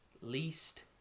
least